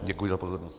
Děkuji za pozornost.